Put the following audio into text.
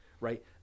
right